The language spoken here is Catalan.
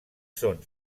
són